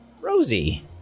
Rosie